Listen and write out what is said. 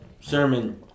sermon